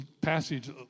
passage